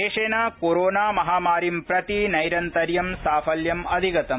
देशेन कोरोनामहामारीं प्रति नैरन्तर्यम् साफल्यं अधिगतम्